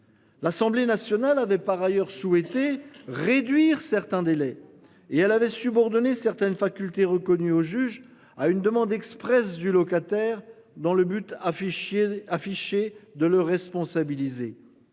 L'Assemblée nationale avait par ailleurs souhaité réduire certains délais et elle avait subordonné certaines facultés reconnu au juge à une demande expresse du locataire dans le but affiché afficher de le responsabiliser.